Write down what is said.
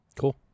Cool